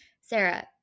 Sarah